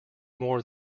more